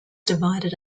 divided